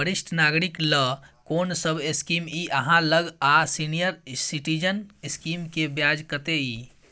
वरिष्ठ नागरिक ल कोन सब स्कीम इ आहाँ लग आ सीनियर सिटीजन स्कीम के ब्याज कत्ते इ?